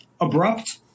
abrupt